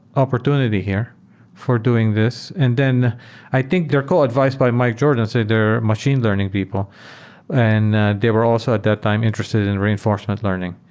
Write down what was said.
opportunity here for doing this. and then i think their co-advised by mike jordan. so they're machine learning people and they were also at that time interested in reinforcement learning.